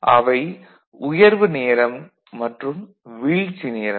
அவை உயர்வு நேரம் மற்றும் வீழ்ச்சி நேரம்